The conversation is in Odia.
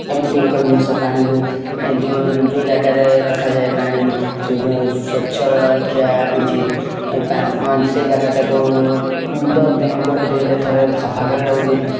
ଏମିତି ଏକ ଜିନଷ ପାଣିକି ଯେଉଁ ଯେଉଁ ଜାଗାରେ ରଖାଯାଏ ପାଣିକି ସୁ ସ୍ଵ ସ୍ୱଚ୍ଛରଖିୟା ଉଚିତ ପା ସେ ଜାଗାଟାକୁ ଦଶ ଦିନ କୋଡ଼ିଏ ଦିନ ରେ ଥରେ ସଫା କରିବା ଉଚିତ